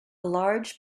large